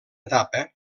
etapa